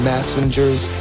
Messengers